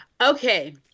Okay